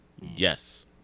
Yes